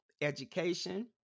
education